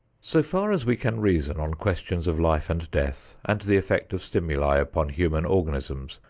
so far as we can reason on questions of life and death and the effect of stimuli upon human organisms,